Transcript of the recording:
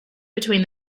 between